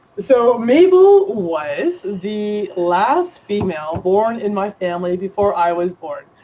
so mabel was the last female born in my family before i was born.